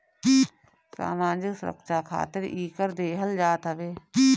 सामाजिक सुरक्षा खातिर इ कर देहल जात हवे